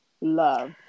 love